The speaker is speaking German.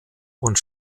und